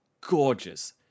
gorgeous